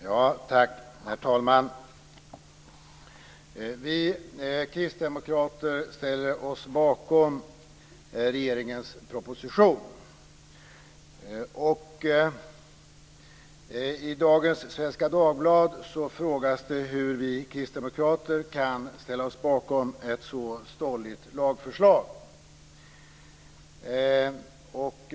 Herr talman! Vi kristdemokrater ställer oss bakom regeringens proposition. I dagens nummer av Svenska Dagbladet ställs frågan hur vi kristdemokrater kan ställa oss bakom ett så stolligt lagförslag.